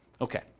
Okay